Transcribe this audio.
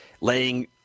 laying